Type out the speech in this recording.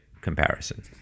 comparison